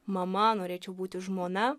mama norėčiau būti žmona